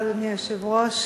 אדוני היושב-ראש,